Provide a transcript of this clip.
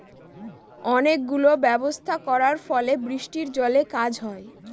অনেক গুলো ব্যবস্থা করার ফলে বৃষ্টির জলে কাজ হয়